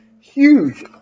huge